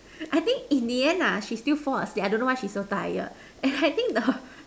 I think in the end lah she still fall asleep I don't know why she so tired and I think the